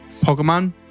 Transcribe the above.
Pokemon